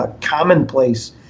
commonplace